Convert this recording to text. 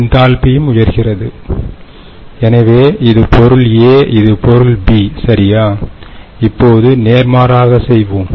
என்தால்பியும் உயர்கிறது எனவே இது பொருள் a இது பொருள் b சரியா இப்போது நேர்மாறாக செய்வோம்